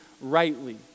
rightly